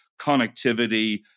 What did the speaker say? connectivity